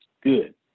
Good